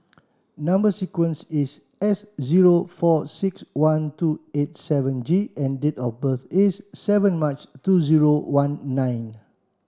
number sequence is S zero four six one two eight seven G and date of birth is seven March two zero one nine